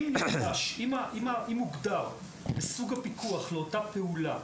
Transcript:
אם הוגדר סוג הפיקוח לאותה פעולה,